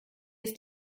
ist